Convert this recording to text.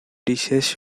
dishes